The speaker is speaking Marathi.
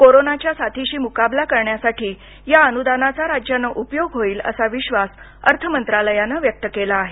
कोरोनाच्या साथीशी मुकाबला करण्यासाठी या अनुदानाचा राज्यांना उपयोग होईल असा विश्वास अर्थ मंत्रालयानं व्यक्त केला आहे